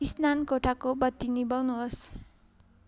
स्नानकोठाको बत्ती निभाउनुहोस्